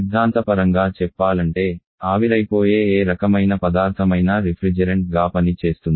సిద్ధాంతపరంగా చెప్పాలంటే ఆవిరైపోయే ఏ రకమైన పదార్థమైనా రిఫ్రిజెరెంట్గా పని చేస్తుంది